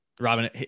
Robin